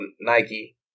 Nike